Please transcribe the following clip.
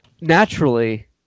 naturally